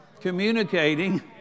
communicating